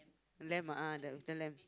lamb ah the the lamb